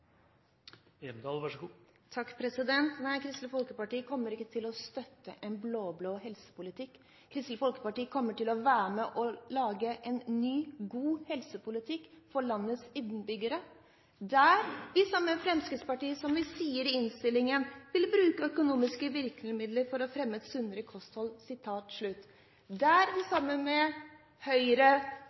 Hjemdal meiner det var så veldig lett å finna saman. Nei, Kristelig Folkeparti kommer ikke til å støtte en blå-blå helsepolitikk. Kristelig Folkeparti kommer til å være med og lage en ny, god helsepolitikk for landets innbyggere, der vi sammen med bl.a. Fremskrittspartiet vil – som vi sier i dagens innstilling – bruke «økonomiske virkemidler for å fremme et sunnere kosthold», der vi sammen med bl.a. Høyre